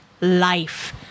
life